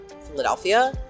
Philadelphia